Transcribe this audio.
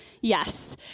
yes